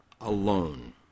alone